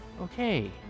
Okay